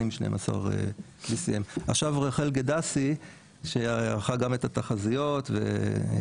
עם BCM 12. עכשיו רחל גדסי שערכה גם את התחזיות וגם